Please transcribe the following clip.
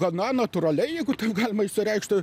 gana natūraliai jeigu taip galima išsireikšti